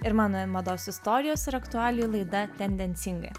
ir mano mados istorijos ir aktualijų laida tendencingai